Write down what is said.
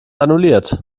annulliert